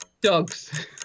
Dogs